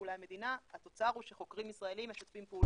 פעולה עם מדינה התוצר הוא שחוקרים ישראליים משתפים פעולה,